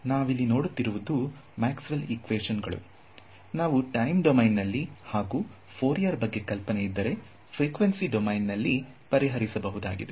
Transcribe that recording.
ನಾವಿಲ್ಲಿ ನೋಡುತ್ತಿರುವ Maxwell equation ಗಳು ನಾವು ಟೈಮ್ ಡೊಮೈನ್ನಲ್ಲಿ ಹಾಗೂ ಫೋರಿಯರ್ ಬಗ್ಗೆ ಕಲ್ಪನೆ ಇದ್ದರೆ ಫ್ರಿಕ್ವೆನ್ಸಿ ಡೊಮೈನ್ನಲ್ಲಿ ಪರಿಹರಿಸಬಹುದಾಗಿದೆ